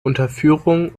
unterführung